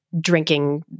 drinking